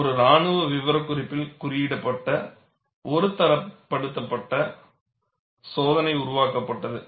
ஒரு இராணுவ விவரக்குறிப்பில் குறியிடப்பட்ட ஒரு தரப்படுத்தப்பட்ட சோதனை உருவாக்கப்பட்டது